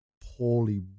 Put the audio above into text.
poorly